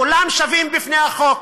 כולם שווים בפי החוק,